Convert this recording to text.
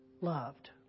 Loved